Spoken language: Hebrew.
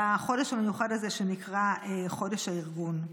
בחודש המיוחד הזה שנקרא חודש הארגון.